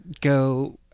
go